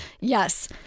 Yes